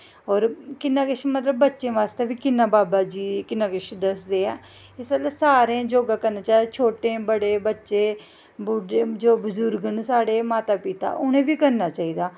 होर मतलब बच्चें बास्तै बी बाबा जी किन्ना किश दसदे ऐं इस गल्लां सारें योगा करना चाहिदा बच्चें बड्डें जो बजुर्ग न साढ़े माता पिता उ'नें बी करना चाहिदा